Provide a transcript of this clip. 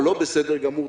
או לא בסדר גמור,